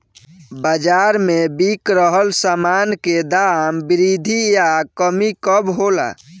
बाज़ार में बिक रहल सामान के दाम में वृद्धि या कमी कब होला?